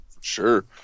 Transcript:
sure